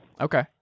Okay